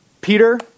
Peter